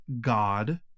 God